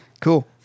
Cool